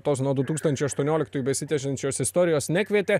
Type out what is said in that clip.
tos nuo du tūkstančiai aštuonioliktųjų besitęsiančios istorijos nekvietė